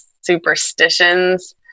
superstitions